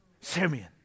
Simeon